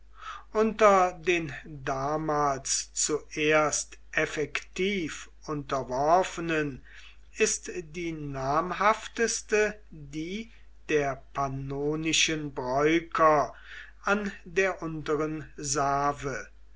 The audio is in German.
unter den damals zuerst effektiv unterworfenen ist die namhafteste die der pannonischen breuker an der unteren save